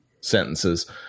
sentences